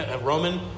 Roman